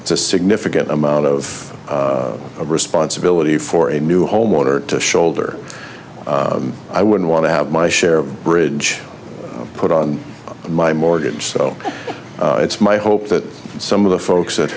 it's a significant amount of responsibility for a new homeowner to shoulder i wouldn't want to have my share of bridge put on my mortgage so it's my hope that some of the folks that